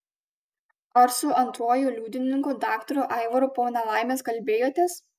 ar su antruoju liudininku daktaru aivaru po nelaimės kalbėjotės